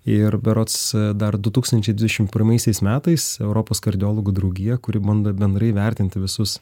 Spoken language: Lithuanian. ir berods dar du tūkstančiai dvidešimt pirmaisiais metais europos kardiologų draugija kuri bando bendrai įvertinti visus